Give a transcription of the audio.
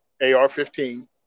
AR-15